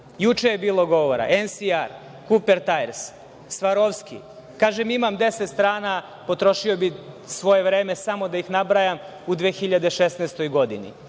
Juče je bilo govora, NSR, Kupertajers, Svarovski. Kažem imam deset strana, potrošio bih svoje vreme, samo da ih nabrajam u 2016. godini.